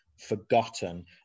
forgotten